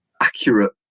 accurate